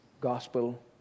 gospel